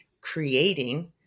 creating